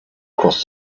cross